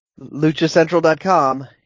LuchaCentral.com